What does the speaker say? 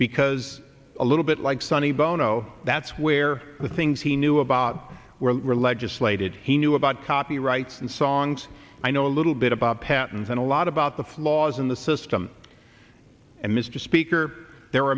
because a little bit like sonny bono that's where the things he knew about were legislated he knew about copyrights and songs i know a little bit about patents and a lot about the flaws in the system and mr speaker there